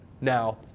Now